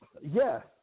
Yes